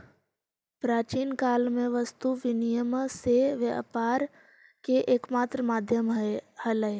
प्राचीन काल में वस्तु विनिमय से व्यापार के एकमात्र माध्यम हलइ